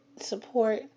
support